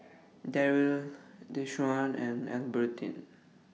Darryll Deshaun and Albertine